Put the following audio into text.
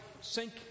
sink